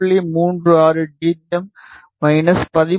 36 dBm minus 13